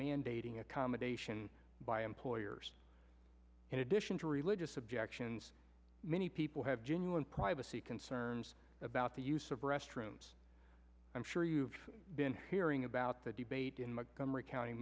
mandating accommodation by employers and mission to religious objections many people have genuine privacy concerns about the use of restrooms i'm sure you've been hearing about the debate in montgomery county